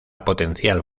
potencial